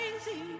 crazy